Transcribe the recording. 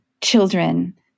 children